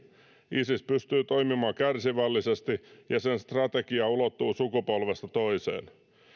isis pystyy toimimaan kärsivällisesti ja sen strategia ulottuu sukupolvesta toiseen